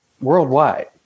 worldwide